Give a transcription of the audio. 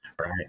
Right